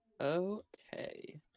Okay